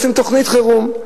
עושים תוכנית חירום.